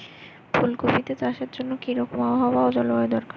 ফুল কপিতে চাষের জন্য কি রকম আবহাওয়া ও জলবায়ু দরকার?